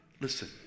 Listen